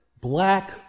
black